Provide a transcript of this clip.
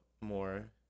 more